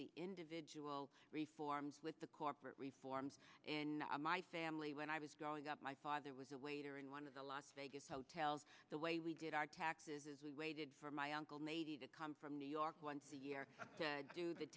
the individual three forms with the corporate reforms in my family when i was growing up my father was a waiter in one of the las vegas hotels the way we did our taxes as we waited for my uncle nady to come from new york once a year to do the